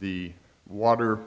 the water